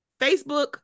Facebook